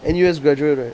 N_U_S graduate right